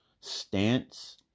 stance